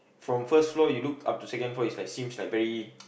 from first floor you look up to second floor is like seems like very